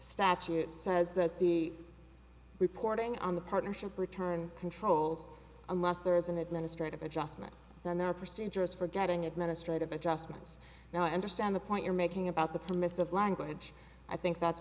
statute says that the reporting on the partnership return controls unless there is an administrative adjustment then there are procedures for getting administrative adjustments now i understand the point you're making about the permissive language i think that's